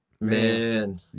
Man